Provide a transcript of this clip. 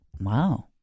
wow